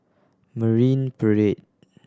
Marine Parade